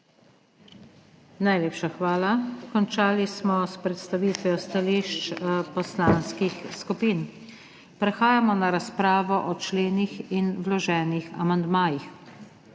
Najlepša hvala. Končali smo s predstavitvijo stališč poslanskih skupin. Prehajamo na razpravo o členih in vloženih amandmajih.